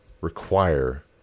require